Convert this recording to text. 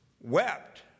wept